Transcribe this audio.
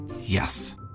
Yes